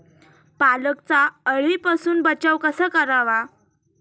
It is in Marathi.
पालकचा अळीपासून बचाव कसा करावा?